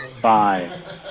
Five